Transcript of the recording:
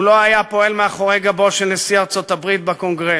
הוא לא היה פועל מאחורי גבו של נשיא ארצות-הברית בקונגרס,